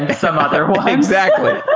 some other ones exactly.